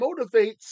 motivates